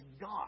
God